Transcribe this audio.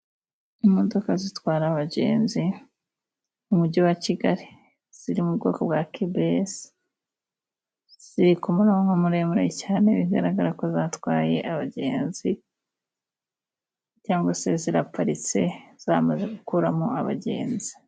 Imodoka zitwara abagenzi mu mujyi wa Kigali, ziri mu bwoko bwa kebi esi ziri ku murongo muremure cyane. Bigaragara ko zatwaye abagenzi, cyangwa se ziraparitse zamaze gukuramo abagenzi.